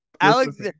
Alex